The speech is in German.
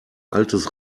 altes